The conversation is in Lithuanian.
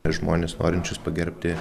žmones norinčius pagerbti